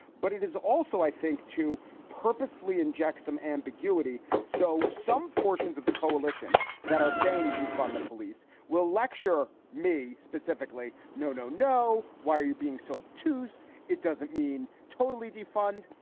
but it is also, i think, to purposefully inject some ambiguity. so some portions of the coalition that are saying defund the police will lecture me specifically. no, no, no. why are you being so obtuse? it doesn't mean totally defund.